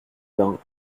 bains